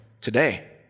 today